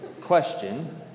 question